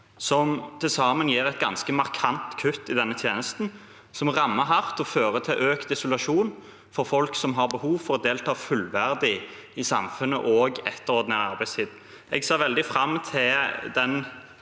som til sammen gir et ganske markant kutt i denne tjenesten, noe som rammer hardt fordi det fører til økt isolasjon for folk som har behov for å delta fullverdig i samfunnet òg etter ordinær arbeidstid. Jeg ser veldig fram til å